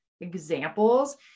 examples